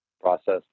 process